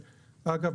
אגבב,